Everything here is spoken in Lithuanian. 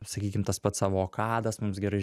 sakykim tas pats avokadas mums gerai